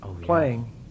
playing